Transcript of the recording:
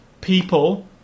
people